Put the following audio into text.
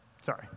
Sorry